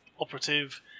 operative